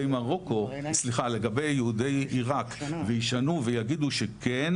לגבי יהודי עירק וישנו ויגידו שכן,